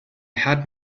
had